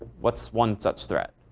what's one such threat?